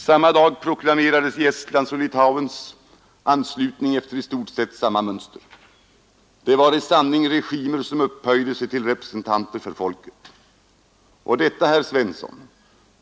Samma dag proklamerades Estlands och Litauens anslutning efter i stort sett samma mönster. Det var i sanning regimer som upphöjde sig till representanter för folket.